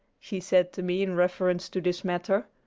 she said to me in reference to this matter.